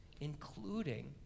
including